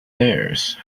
theirs